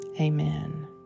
amen